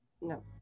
No